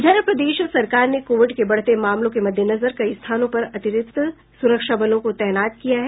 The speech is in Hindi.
इधर प्रदेश सरकार ने कोविड के बढ़ते मामलों के मद्देनजर कई स्थानों पर अतिरिक्त सुरक्षा बलों को तैनात किया है